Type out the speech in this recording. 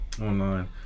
online